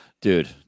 dude